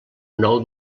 nou